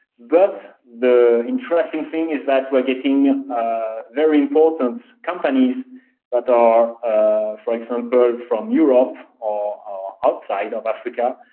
but the interesting thing is that we're getting very important companies that are for example from europe, or outside of africa,